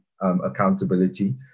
accountability